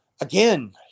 again